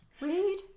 read